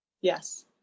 Yes